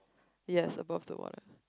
yes above the water